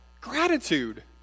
Gratitude